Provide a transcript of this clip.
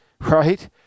right